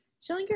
Schillinger